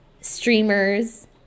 streamers